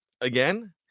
Again